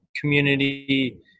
community